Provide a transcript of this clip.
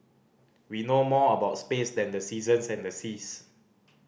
we know more about space than the seasons and the seas